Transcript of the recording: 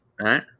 right